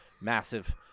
massive